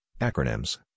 acronyms